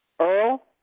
Earl